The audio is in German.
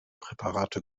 präparate